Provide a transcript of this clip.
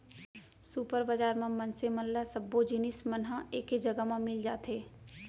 super bazaar म मनसे मन ल सब्बो जिनिस मन ह एके जघा म मिल जाथे